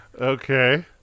Okay